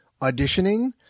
auditioning